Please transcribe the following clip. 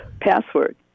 Password